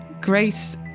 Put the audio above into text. grace